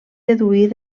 deduir